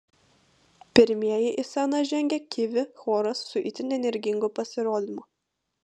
pirmieji į sceną žengė kivi choras su itin energingu pasirodymu